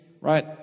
right